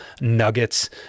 nuggets